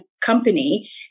company